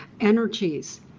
energies